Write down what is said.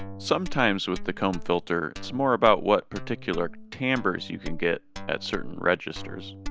sometimes with the comb filter it's more about what particular timbres you can get at certain registers